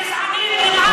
גזענים, נמאסתם.